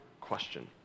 question